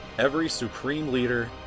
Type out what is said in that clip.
every supreme leader.